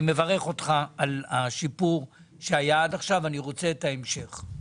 אני מברך אותך על השיפור שהיה עד עכשיו ואני רוצה את ההמשך.